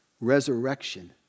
Resurrection